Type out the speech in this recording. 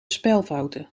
spelfouten